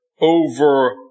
over